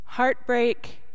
Heartbreak